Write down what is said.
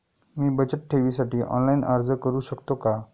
मी बचत ठेवीसाठी ऑनलाइन अर्ज करू शकतो का?